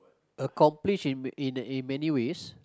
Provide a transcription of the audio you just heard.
accomplish in in in many ways